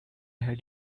had